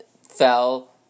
fell